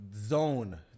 zone